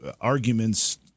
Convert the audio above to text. arguments